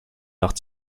art